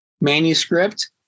manuscript